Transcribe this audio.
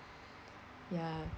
ya